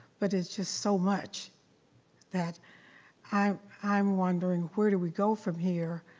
but it's just so much that i'm i'm wondering, where do we go from here?